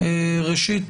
ראשית,